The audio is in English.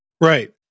Right